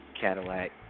Cadillac